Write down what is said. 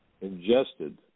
ingested